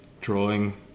drawing